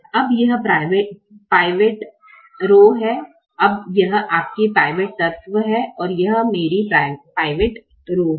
अब यह pivot row है अब यह आपकी पिवोट तत्व है और यह मेरी पिवोट रो है